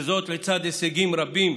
וזאת לצד הישגים הרבים